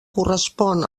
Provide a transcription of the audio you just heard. correspon